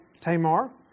Tamar